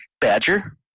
badger